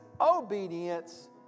obedience